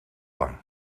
lang